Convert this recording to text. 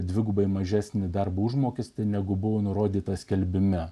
dvigubai mažesnį darbo užmokestį negu buvo nurodyta skelbime